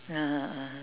(uh huh) (uh huh)